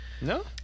No